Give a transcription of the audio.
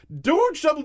George